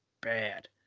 bad